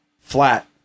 flat